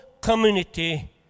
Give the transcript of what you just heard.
community